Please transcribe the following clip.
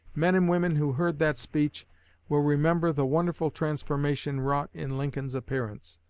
men and women who heard that speech well remember the wonderful transformation wrought in lincoln's appearance.